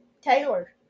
Taylor